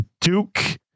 Duke